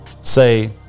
say